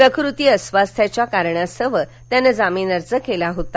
प्रकृती अस्वास्थ्यांच्या कारणास्तव त्यानं जामीन अर्ज केला होता